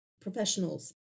professionals